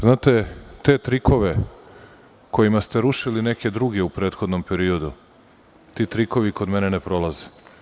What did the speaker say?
Znate, ti trikovi kojima ste rušili neke druge u prethodnom periodu, ti trikovi kod mene ne prolaze.